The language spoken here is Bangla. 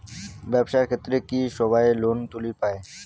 ব্যবসার ক্ষেত্রে কি সবায় লোন তুলির পায়?